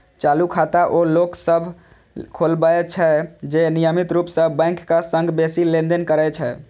चालू खाता ओ लोक सभ खोलबै छै, जे नियमित रूप सं बैंकक संग बेसी लेनदेन करै छै